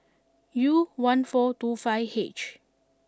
U one four two five H